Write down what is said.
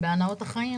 בהנאות החיים